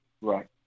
Right